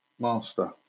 Master